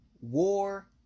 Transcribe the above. War